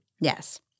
Yes